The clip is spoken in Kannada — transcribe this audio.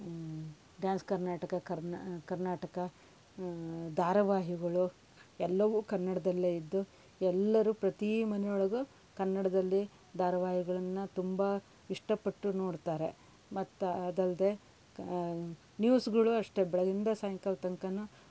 ಡ್ಯಾನ್ಸ್ ಕರ್ನಾಟಕ ಕರ್ನಾ ಕರ್ನಾಟಕ ಧಾರಾವಾಹಿಗಳು ಎಲ್ಲವೂ ಕನ್ನಡದಲ್ಲೇ ಇದ್ದು ಎಲ್ಲರೂ ಪ್ರತಿ ಮನೆ ಒಳಗೂ ಕನ್ನಡದಲ್ಲಿ ಧಾರಾವಾಹಿಗಳನ್ನು ತುಂಬ ಇಷ್ಟಪಟ್ಟು ನೋಡ್ತಾರೆ ಮತ್ತೆ ಅದಲ್ಲದೇ ಕ ನ್ಯೂಸ್ಗಳು ಅಷ್ಟೇ ಬೆಳಗಿಂದ ಸಾಯಂಕಾಲದ ತನಕನೂ